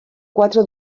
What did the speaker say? quatre